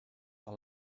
were